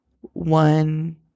one